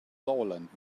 sauerland